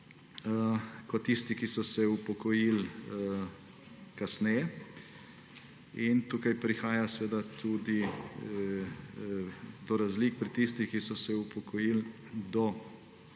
kot tisti, ki so se upokojili kasneje. Tukaj prihaja tudi do razlik pri tistih, ki so se upokojil do